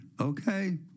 Okay